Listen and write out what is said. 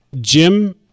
Jim